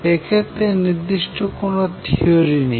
এক্ষেত্রে নির্দিষ্ট কোনো থিওরি নেই